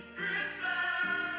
Christmas